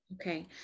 Okay